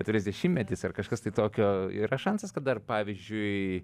trisdešimtmetis ar kažkas tokio yra šansas kad dar pavyzdžiui